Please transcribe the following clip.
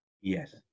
Yes